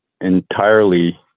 entirely